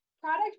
product